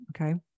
Okay